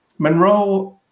Monroe